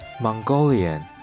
Mongolian